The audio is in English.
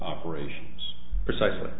operations precisely